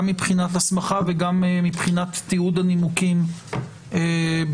גם מבחינת הסמכה וגם מבחינת תיעוד הנימוקים בכתב.